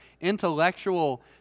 intellectual